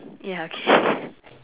ya okay